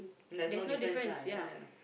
there's no difference lah ya lah ya lah